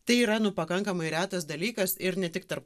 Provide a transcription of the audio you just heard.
tai yra nu pakankamai retas dalykas ir ne tik tarp